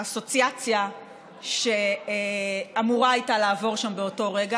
האסוציאציה שאמורה הייתה לעבור שם באותו רגע.